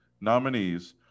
nominees